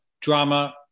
drama